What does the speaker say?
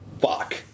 Fuck